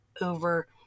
over